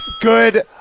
good